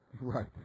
Right